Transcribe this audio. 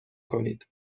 کنید